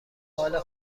حالت